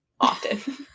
often